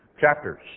chapters